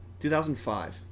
2005